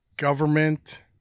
government